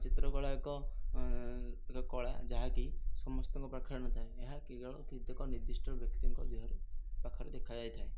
ଚିତ୍ରକଳା ଏକ ଏକ କଳା ଯାହାକି ସମସ୍ତଙ୍କ ପାଖରେ ନଥାଏ ଏହା କେବଳ କେତେକ ନିର୍ଦ୍ଦିଷ୍ଟ ବ୍ୟକ୍ତିଙ୍କ ଦେହରେ ପାଖରେ ଦେଖାଯାଇଥାଏ